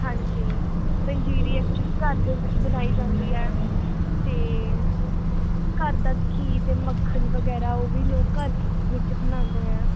ਹਾਂਜੀ ਪੰਜੀਰੀ ਐਕਚੁਲੀ ਘਰ ਦੇ ਵਿੱਚ ਬਣਾਈ ਜਾਂਦੀ ਹੈ ਅਤੇ ਘਰ ਦਾ ਘੀ ਅਤੇ ਮੱਖਣ ਵਗੈਰਾ ਉਹ ਵੀ ਲੋਕ ਘਰ ਵਿੱਚ ਵਿੱਚ ਬਣਾਉਂਦੇ ਹੈ